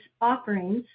offerings